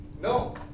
No